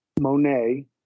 Monet